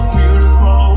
beautiful